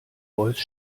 voice